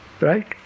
right